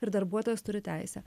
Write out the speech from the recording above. ir darbuotojas turi teisę